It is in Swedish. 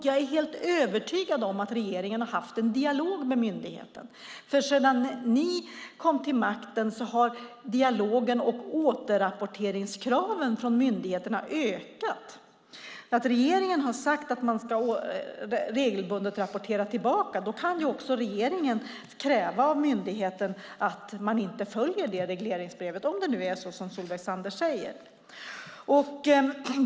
Jag är helt övertygad om att regeringen har haft en dialog med myndigheten, för sedan ni kom till makten har dialogen med och återrapporteringskraven på myndigheten ökat. Regeringen har sagt att den ska rapportera tillbaka regelbundet, och då kan regeringen också kräva av myndigheten att den inte följer regleringsbrevet, om det nu är så som Solveig Zander säger.